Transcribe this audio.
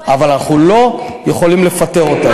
אבל אנחנו לא יכולים לפטר אותם.